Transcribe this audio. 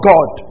God